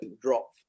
drop